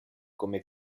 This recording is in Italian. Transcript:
come